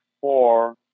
four